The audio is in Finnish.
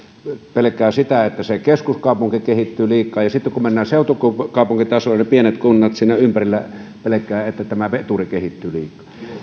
pelkäävät sitä että se keskuskaupunki kehittyy liikaa ja sitten kun mennään seutukaupunkitasolle niin ne pienet kunnat siinä ympärillä pelkäävät että tämä veturi kehittyy liikaa